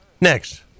Next